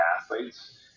athletes